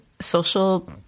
social